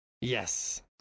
yes